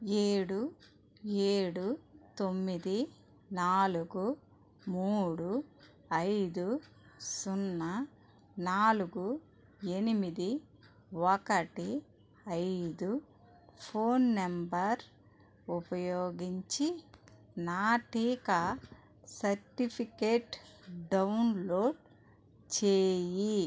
ఏడు ఏడు తొమ్మిది నాలుగు మూడు ఐదు సున్నా నాలుగు ఎనిమిది ఒకటి ఐదు ఫోన్ నెంబర్ ఉపయోగించి నా టీకా సర్టిఫికెట్ డౌన్లోడ్ చేయి